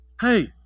Hey